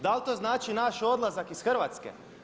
Da li to znači naš odlazak iz Hrvatske?